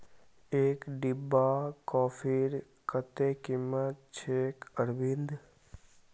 एक डिब्बा कॉफीर कत्ते कीमत छेक अरविंद